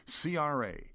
CRA